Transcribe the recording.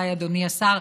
אולי אדוני השר